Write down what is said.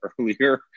earlier